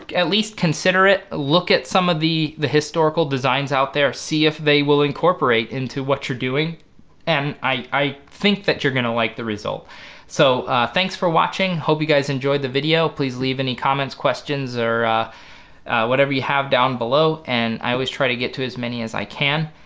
at least consider it look at some of the the historical designs out there see if they will incorporate into what you're doing and i think that you're going to like the result so thanks for watching hope you guys enjoy the video, please leave any comments questions, or whatever you have down below, and i always try to get to as many as i can.